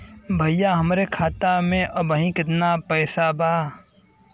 भईया हमरे खाता में अबहीं केतना पैसा बा?